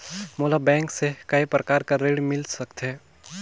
मोला बैंक से काय प्रकार कर ऋण मिल सकथे?